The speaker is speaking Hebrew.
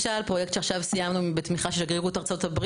לכן כשיש מו"פ זה יאפשר לאותן נשים גם מקום עבודה,